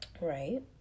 right